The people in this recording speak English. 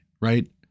right